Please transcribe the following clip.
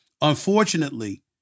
Unfortunately